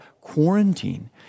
quarantine